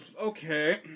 Okay